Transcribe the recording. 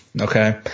Okay